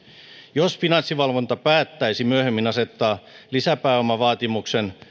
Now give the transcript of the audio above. jos finanssivalvonta päättäisi myöhemmin asettaa lisäpääomavaatimuksen